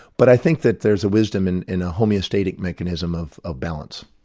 but i think that there's wisdom and in a homeostatic mechanism of of balance.